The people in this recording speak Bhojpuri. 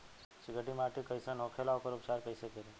चिकटि माटी कई सन होखे ला वोकर उपचार कई से करी?